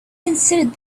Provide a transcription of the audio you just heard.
considered